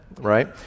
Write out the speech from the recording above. right